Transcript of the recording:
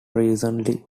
recently